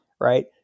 right